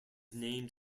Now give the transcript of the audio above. named